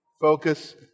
focus